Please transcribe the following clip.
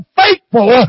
faithful